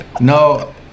no